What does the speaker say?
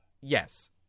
Yes